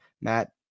Matt